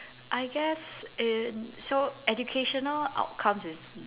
I guess in so educational outcomes is mm